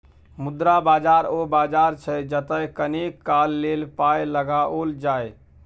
मुद्रा बाजार ओ बाजार छै जतय कनेक काल लेल पाय लगाओल जाय